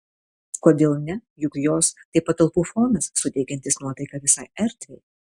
kodėl ne juk jos tai patalpų fonas suteikiantis nuotaiką visai erdvei